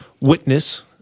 witness –